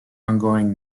ongoing